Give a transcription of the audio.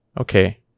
Okay